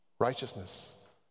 Righteousness